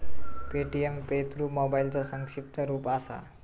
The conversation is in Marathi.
पे.टी.एम पे थ्रू मोबाईलचा संक्षिप्त रूप असा